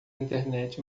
internet